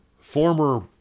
former